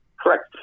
Correct